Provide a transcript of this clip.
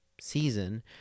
season